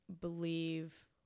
believe